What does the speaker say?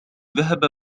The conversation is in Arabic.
ذهب